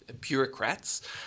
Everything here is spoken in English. bureaucrats